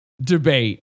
debate